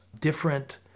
different